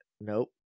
Nope